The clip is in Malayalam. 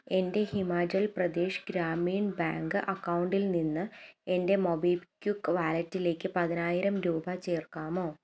എൻ്റെ ഹിമാചൽപ്രദേശ് ഗ്രാമീൺ ബാങ്ക് അക്കൗണ്ടിൽ നിന്ന് എൻ്റെ മൊബിക്വിക്ക് വാലറ്റിലേക്ക് പതിനായിരം രൂപ ചേർക്കാമോ